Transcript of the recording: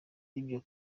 y’ibyo